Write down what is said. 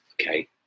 Okay